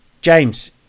James